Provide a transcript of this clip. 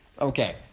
Okay